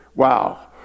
Wow